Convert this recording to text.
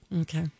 okay